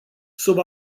sub